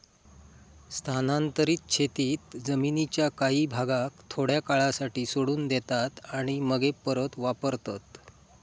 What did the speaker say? स्थानांतरीत शेतीत जमीनीच्या काही भागाक थोड्या काळासाठी सोडून देतात आणि मगे परत वापरतत